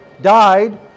died